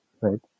right